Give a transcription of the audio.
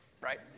right